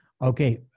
Okay